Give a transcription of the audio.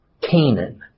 Canaan